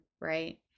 right